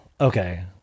okay